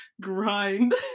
grind